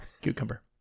Cucumber